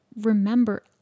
remember